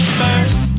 first